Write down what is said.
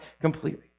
completely